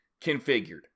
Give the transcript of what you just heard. configured